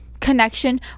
connection